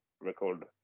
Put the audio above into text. record